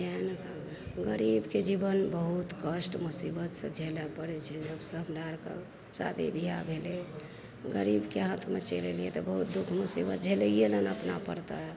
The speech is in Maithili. एहन गरीबके जीबन बहुत कष्ट मुसीबत से झेलऽ पड़ैत छै जब से हमरा आरके शादी बिआह भेलै गरीबके हाथमे चलि एलिऐ तऽ बहुत दुःख मुसीबत झेलैए लऽ ने अपना पड़तै